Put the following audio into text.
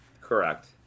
Correct